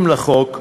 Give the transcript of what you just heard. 70 לחוק,